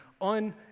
on